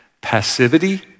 passivity